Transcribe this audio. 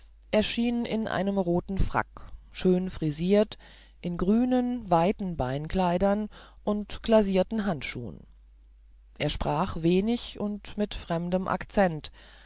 erschien in einem roten frack schön frisiert in grünen weiten beinkleidern und glacierten handschuhen er sprach wenig und mit fremdem accent